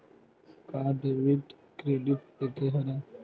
का debit credit एके हरय?